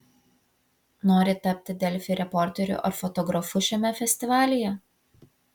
nori tapti delfi reporteriu ar fotografu šiame festivalyje